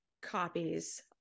copies